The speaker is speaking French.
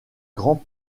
grands